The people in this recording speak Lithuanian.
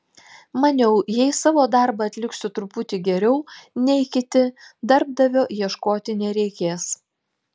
maniau jei savo darbą atliksiu truputį geriau nei kiti darbdavio ieškoti nereikės